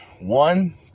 One